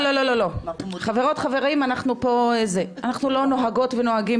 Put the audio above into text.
חברות וחברים אנחנו לא נוהגות ונוהגים